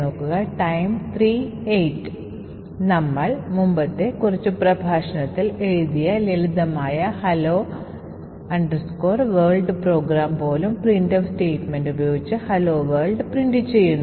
നമ്മൾ മുമ്പത്തെ കുറച്ച് പ്രഭാഷണങ്ങളിൽ എഴുതിയ ലളിതമായ Hello World പ്രോഗ്രാം പോലും printf സ്റ്റേറ്റ്മെന്റ് ഉപയോഗിച്ച "hello world" അച്ചടിക്കുന്നു